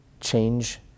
change